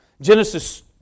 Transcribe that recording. Genesis